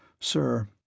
Sir